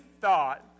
thought